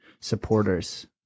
supporters